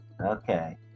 Okay